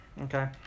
Okay